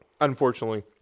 unfortunately